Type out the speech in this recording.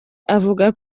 avuga